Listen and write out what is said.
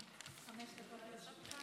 לרשותך עד חמש דקות.